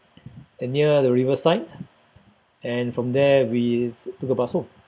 and near the riverside and from there we took a bus home